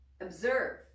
observe